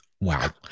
wow